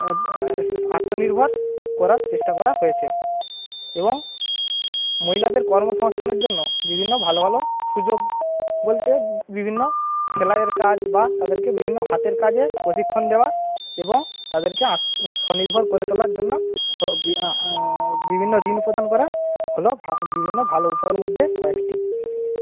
আত্মনির্ভর করার চেষ্টা করা হয়েছে এবং মহিলাদের কর্মসংস্থানের জন্য বিভিন্ন ভালো ভালো সুযোগ বলতে বিভিন্ন সেলাইয়ের কাজ বা তাদেরকে বিভিন্ন হাতের কাজের প্রশিক্ষণ দেওয়া এবং তাদেরকে আত্ম স্বনির্ভর করে তোলার জন্য বিভিন্ন ঋণ প্রদান করা হল বিভিন্ন ভালো উপায়ের মধ্যে কয়েকটি